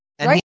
right